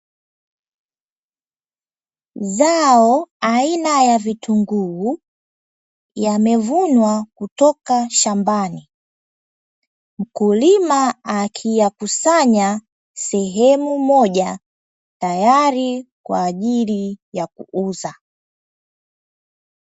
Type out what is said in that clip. Zao aina ya vitunguu yamevunwa kutoka shambani mkulima akiyakusanya sehemu moja tayari kwa kuuza.